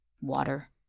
water